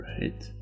Right